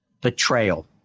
betrayal